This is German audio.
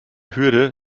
hürde